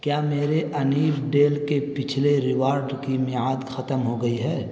کیا میرے انیپ ڈیل کے پچھلے ریوارڈ کی میعاد ختم ہو گئی ہے